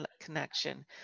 connection